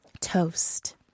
toast